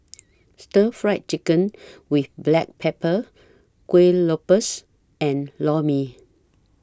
Stir Fried Chicken with Black Pepper Kuih Lopes and Lor Mee